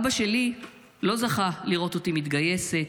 אבא שלי לא זכה לראות אותי מתגייסת,